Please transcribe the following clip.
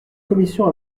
commissions